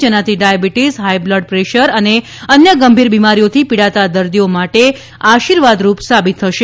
જેનાથી diabetes high blood pressure અને અન્ય ગંભીર બિમારીઓથી પીડાતા દર્દીઓ માટે આર્શીવાદરૂપ સાબિત થશે